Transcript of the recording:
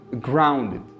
grounded